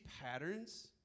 patterns